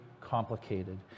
complicated